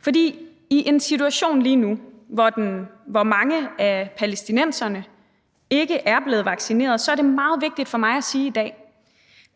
For i en situation lige nu, hvor mange af palæstinenserne ikke er blevet vaccineret, er det meget vigtigt for mig at sige i dag,